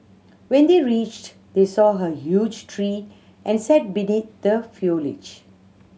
when they reached they saw huge tree and sat beneath the